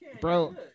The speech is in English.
Bro